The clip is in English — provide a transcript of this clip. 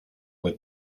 with